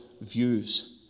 views